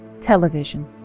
television